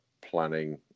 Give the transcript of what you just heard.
planning